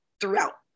throughout